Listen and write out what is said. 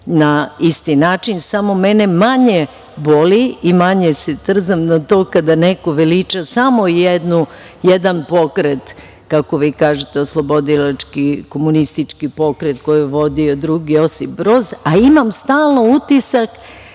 na isti način, samo mene manje boli i manje se trzam na to kada neko veliča samo jedan pokret, kako vi kažete, oslobodilački, komunistički pokret koji je vodio drug Josip Broz, a imam stalno utisak